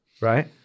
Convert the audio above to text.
right